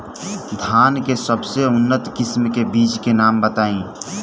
धान के सबसे उन्नत किस्म के बिज के नाम बताई?